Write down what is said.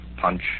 Punch